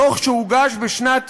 דוח שהוגש בשנת